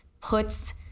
puts